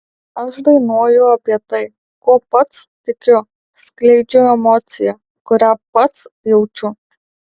aš dainuoju apie tai kuo pats tikiu skleidžiu emociją kurią pats jaučiu